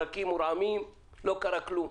ברקים ורעמים לא קרה דבר.